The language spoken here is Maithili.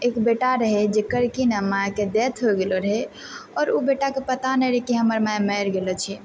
एक बेटा रहै जेकर कि ने माइके डेथ होइ गेलो रहै आओर ओ बेटाके पता नहि रहै कि हमर माइ मरि गेलो छै